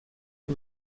que